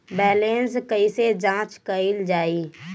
Balance कइसे जांच कइल जाइ?